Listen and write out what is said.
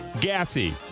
gassy